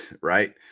right